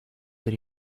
did